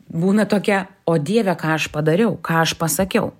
būna tokia o dieve ką aš padariau ką aš pasakiau